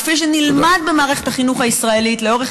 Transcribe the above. כפי שנלמד במערכת החינוך הישראלית לאורך